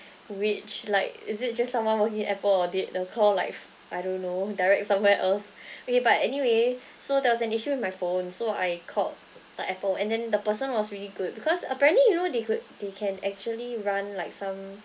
which like is it just someone working in apple or did the call like I don't know direct somewhere else okay but anyway so there was an issue with my phone so I called the apple and then the person was really good because apparently you know they could they can actually run like some